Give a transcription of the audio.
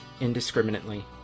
indiscriminately